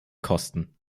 kosten